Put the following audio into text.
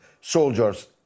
soldiers